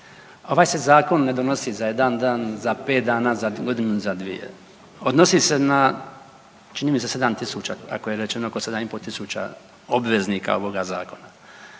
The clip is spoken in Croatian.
ovaj se zakon ne donosi za jedan dan, za pet dana, za godinu ili za dvije. Odnosi se na čini mi se 7 tisuća tako je rečeno, oko 7,5 tisuća obveznika ovog zakona